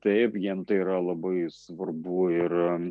taip jiem tai yra labai svarbu ir